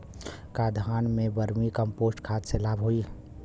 का धान में वर्मी कंपोस्ट खाद से लाभ होई?